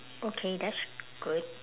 okay that's good